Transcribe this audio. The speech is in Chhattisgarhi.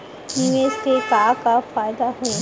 निवेश के का का फयादा हे?